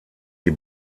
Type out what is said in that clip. die